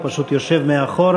הוא פשוט יושב מאחור,